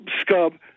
scub